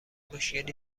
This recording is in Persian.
مشکلی